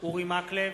אורי מקלב,